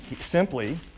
Simply